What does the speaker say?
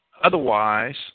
Otherwise